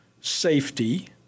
safety